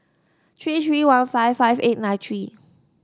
three three one five five eight nine three